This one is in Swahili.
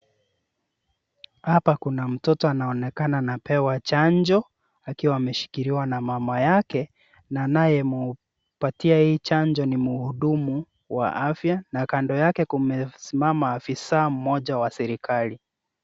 Hapa kuna mtoto anaonekana anapewa chanjo, akiwa ameshikiliwa na mama yake na anayempatia hii chanjo ni mhudumu wa afya na kando yake kumesimama afisa moja wa serikali.